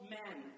men